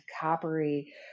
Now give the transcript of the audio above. coppery